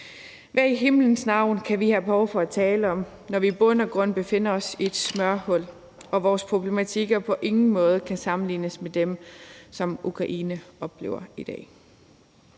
Hvad i himlens navn kan vi have behov for at tale om, når vi i bund og grund befinder os i et smørhul og vores problematikker på ingen måde kan sammenlignes med dem, som Ukraine oplever i dag?